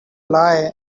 lie